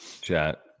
chat